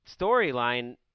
storyline